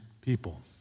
people